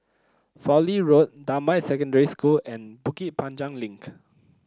Fowlie Road Damai Secondary School and Bukit Panjang Link